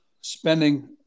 spending